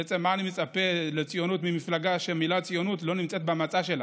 בעצם מה אני מצפה לציונות ממפלגה שהמילה "ציונות" לא נמצאת במצע שלה?